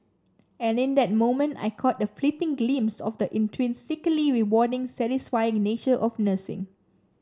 and in that moment I caught a fleeting glimpse of the intrinsically rewarding satisfying nature of nursing